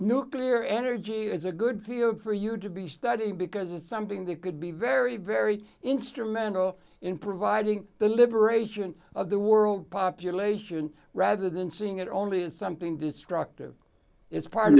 nuclear energy is a good field for you to be studying because it's something that could be very very instrumental in providing the liberation of the world population rather than seeing it only as something destructive is part of